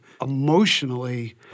emotionally